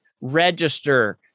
register